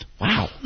Wow